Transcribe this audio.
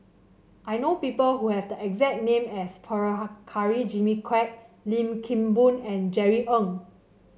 I know people who have the exact name as Prabhakara Jimmy Quek Lim Kim Boon and Jerry Ng